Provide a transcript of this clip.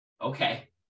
Okay